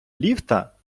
ліфта